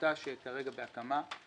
עמותה שכרגע בהקמה.